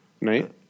Right